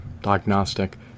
diagnostic